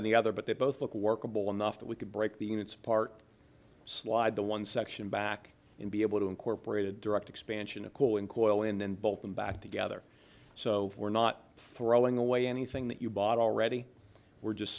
of the other but they both look workable enough that we could break the units apart slide the one section back and be able to incorporate a direct expansion of coal and oil and then both them back together so we're not throwing away anything that you bought already we're just